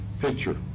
picture